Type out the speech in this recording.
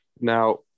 Now